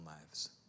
lives